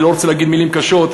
אני לא רוצה להגיד מילים קשות,